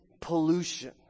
pollution